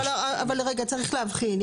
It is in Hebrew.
לא, צריך להבחין.